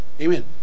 Amen